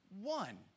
one